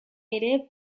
ere